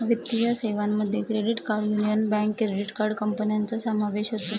वित्तीय सेवांमध्ये credit card union bank credit card कंपन्यांचा समावेश होतो